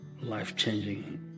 life-changing